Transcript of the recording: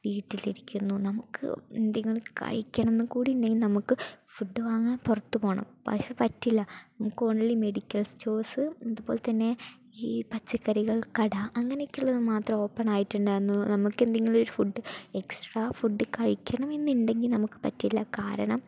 വീട്ടിലിരിക്കുന്നു നമുക്ക് എന്തെങ്കിലും കഴിക്കണമെന്ന് കൂടിയുണ്ടെങ്കിൽ നമുക്ക് ഫുഡ് വാങ്ങാൻ പുറത്ത് പോകണം പക്ഷെ പറ്റില്ല നമുക്ക് ഓൺലി മെഡിക്കൽ സ്റ്റോർസ് അതുപോലെതന്നെ ഈ പച്ചക്കറികൾ കട അങ്ങനെയൊക്കെയുള്ളതു മാത്രം ഓപ്പണായിട്ടുണ്ടായിരുന്നു നമുക്കെന്തെങ്കിലും ഒരു ഫുഡ് എക്സ്ട്രാ ഫുഡ് കഴിക്കണമെന്ന് ഉണ്ടെങ്കിൽ നമുക്ക് പറ്റില്ല കാരണം